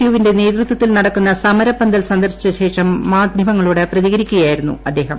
യുവിന്റെ നേതൃത്വത്തിൽ നടക്കുന്ന സമരപ്പന്തൽ സന്ദർശിച്ച ശേഷം മാധ്യമങ്ങളോട് പ്രതികരിക്കുക ആയിരുന്നു അദ്ദേഹം